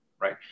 right